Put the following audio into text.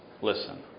listen